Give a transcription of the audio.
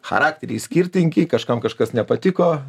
charakteriai skirtingi kažkam kažkas nepatiko